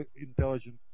intelligence